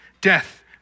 Death